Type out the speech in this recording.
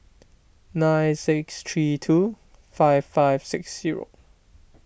nine six three two five five six zero